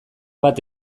bat